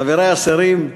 חברי השרים,